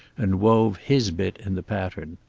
and wove his bit in the pattern.